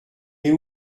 est